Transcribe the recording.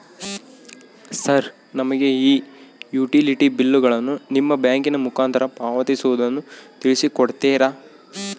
Sir ನಮಗೆ ಈ utility ಬಿಲ್ಲುಗಳನ್ನು ನಿಮ್ಮ ಬ್ಯಾಂಕಿನ ಮುಖಾಂತರ ಪಾವತಿಸುವುದನ್ನು ತಿಳಿಸಿ ಕೊಡ್ತೇರಾ?